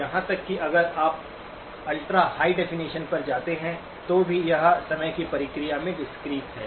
यहां तक कि अगर आप अल्ट्रा हाई डेफिनिशन पर जाते हैं तो भी यह समय की प्रक्रिया में डिस्क्रीट है